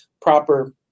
proper